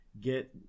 get